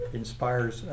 inspires